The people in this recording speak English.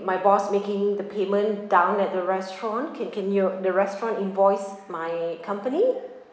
my boss making the payment down at the restaurant can can you the restaurant invoice my company